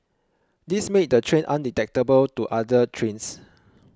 this made the train undetectable to other trains